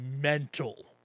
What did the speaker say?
mental